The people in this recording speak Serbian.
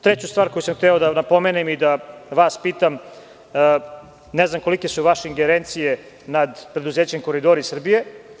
Treća stvar koju sam hteo da napomenem i da vas pitam, ne znam kolike su vaše ingerencije nad preduzećem „Koridori Srbije“